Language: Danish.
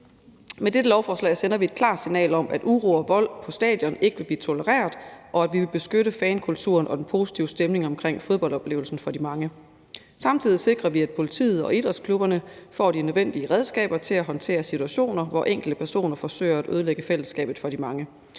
Med dette lovforslag sender vi et klart signal om, at uro og vold på stadion ikke vil blive tolereret, og at vi vil beskytte fankulturen og den positive stemning omkring fodboldoplevelsen for de mange. Samtidig sikrer vi, at politiet og idrætsklubberne får de nødvendige redskaber til at håndtere situationer, hvor enkelte personer forsøger at ødelægge fællesskabet for de mange.